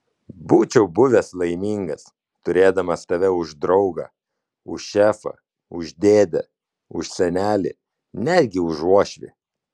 būčiau buvęs laimingas turėdamas tave už draugą už šefą už dėdę už senelį netgi už uošvį